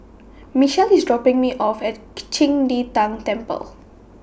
Michelle IS dropping Me off At Qing De Tang Temple